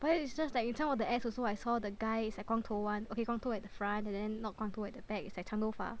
but it's just like in some of the ads also I saw the guy is like 光头 [one] okay 光头 at the front and then not 光头 at the back it's like 长头发